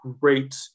great